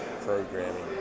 programming